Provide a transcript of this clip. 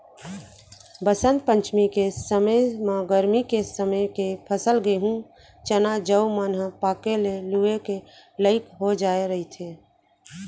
बसंत पंचमी के समे म गरमी के समे के फसल गहूँ, चना, जौ मन ह पाके के लूए के लइक हो जाए रहिथे